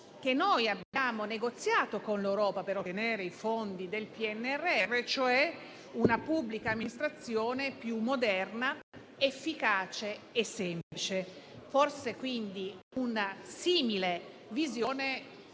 che abbiamo negoziato con l'Europa per ottenere i fondi del PNRR: una pubblica amministrazione più moderna, efficace e semplice. Forse, quindi, una simile visione